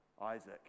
Isaac